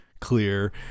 clear